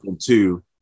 Two